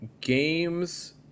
games